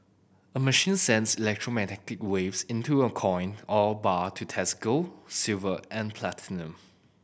a machine sends electromagnetic waves into a coin or bar to test gold silver and platinum